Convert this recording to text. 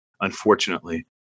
unfortunately